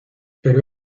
pero